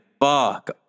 fuck